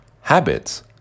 habits